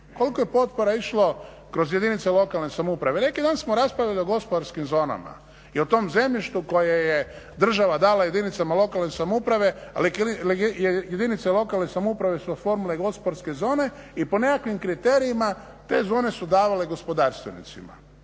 Koliko je potpora išlo kroz jedinice lokalne samouprave, neki dan smo raspravljali o gospodarskim zonama i o tom zemljištu koje je država dala jedinicama lokalne samouprave a jedinice lokalne samouprave su oformile gospodarske zone i po nekakvim kriterijima te zone su davale gospodarstvenicima